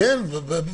לא.